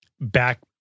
back